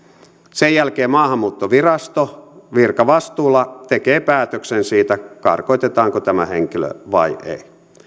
sen jälkeen maahanmuuttovirasto virkavastuulla tekee päätöksen siitä karkotetaanko tämä henkilö vai ei